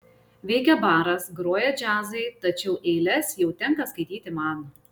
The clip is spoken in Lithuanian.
veikia baras groja džiazai tačiau eiles jau tenka skaityti man